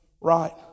right